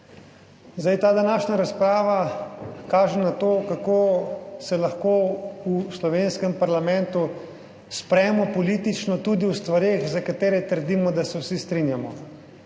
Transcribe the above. del. Ta današnja razprava kaže na to, kako se lahko v slovenskem parlamentu spremo politično tudi o stvareh, za katere trdimo, da se vsi strinjamo.